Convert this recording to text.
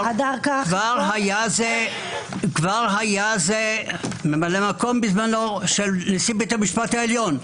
היה זה ממלא מקום בזמנו של נשיא בתי משפט העליון,